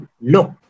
look